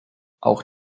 auch